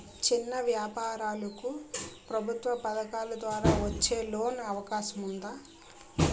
చిన్న వ్యాపారాలకు ప్రభుత్వం పథకాల ద్వారా వచ్చే లోన్ అవకాశం ఉందా?